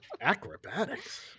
Acrobatics